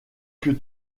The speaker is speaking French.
que